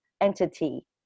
entity